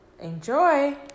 Enjoy